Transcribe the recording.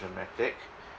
dramatic